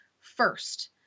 first